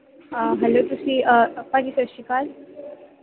hello ਤੁਸੀਂ ਭਾਅ ਜੀ ਸਤਿ ਸ਼੍ਰੀ ਅਕਾਲ